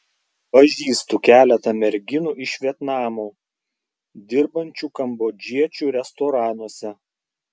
pažįstu keletą merginų iš vietnamo dirbančių kambodžiečių restoranuose